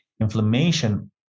Inflammation